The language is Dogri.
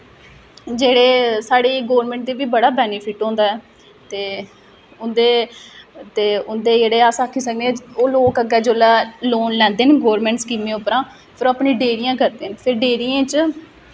जेह्ड़े साढ़ी गौरमेंट दे बी बड़ा बेनिफिट होंदा ऐ ते उं'दे ते उं'दे जेह्ड़े अस आखी सकने ओह् लोक अग्गें जेल्लै लोन लैंदे न गौरमेंट स्कीमें उप्परा ते फिर अपनियां डेयरियां करदे न फिर डेयरियें च